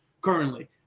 currently